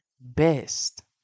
best